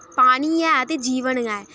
पानी ऐ ते जीवन गै